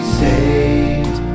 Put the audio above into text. saved